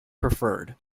preferred